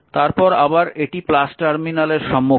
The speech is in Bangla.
তারপর আবার এটি টার্মিনালের সম্মুখীন হয়